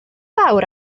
fawr